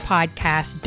Podcast